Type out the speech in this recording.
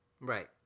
right